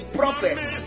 prophets